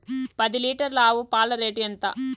పది లీటర్ల ఆవు పాల రేటు ఎంత?